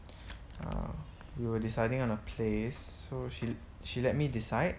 uh we were deciding on a place so she she let me decide